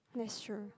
that's true